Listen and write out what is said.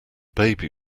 baby